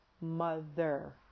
mother